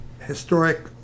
historic